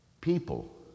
people